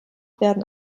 werden